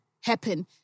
happen